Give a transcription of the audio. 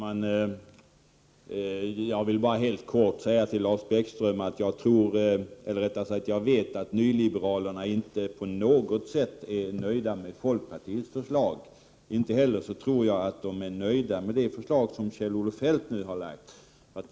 Herr talman! Jag vet, Lars Bäckström, att nyliberalerna inte på något sätt är nöjda med folkpartiets förslag. Inte heller tror jag att de är nöjda med det förslag som Kjell-Olof Feldt nu har lagt fram.